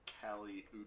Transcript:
Callie